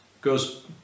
goes